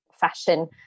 fashion